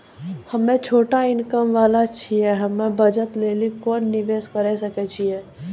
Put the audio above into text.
हम्मय छोटा इनकम वाला छियै, हम्मय बचत लेली कोंन निवेश करें सकय छियै?